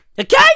Okay